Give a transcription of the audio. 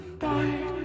Bye